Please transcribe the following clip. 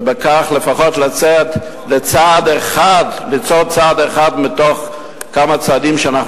ובכך לפחות לצעוד צעד אחד מתוך כמה צעדים שאנחנו